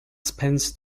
spence